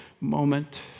moment